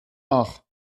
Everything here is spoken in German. ach